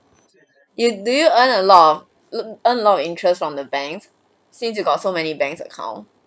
you do you earn a lot of a lot of interest on the banks since you got so many banks account